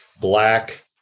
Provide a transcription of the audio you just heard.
black